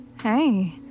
Hey